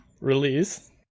Release